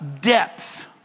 depth